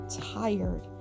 tired